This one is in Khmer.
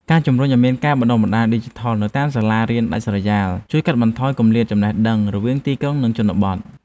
ការជំរុញឱ្យមានការបណ្តុះបណ្តាលឌីជីថលនៅតាមសាលារៀនដាច់ស្រយាលជួយកាត់បន្ថយគម្លាតចំណេះដឹងរវាងទីក្រុងនិងជនបទ។